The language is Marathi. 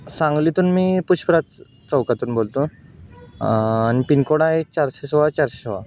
सांगलीतून मी पुष्पराज चौकातून बोलतो आणि पिनकोड आहे चारशे सोळा चारशे सोळा